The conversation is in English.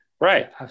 Right